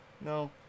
No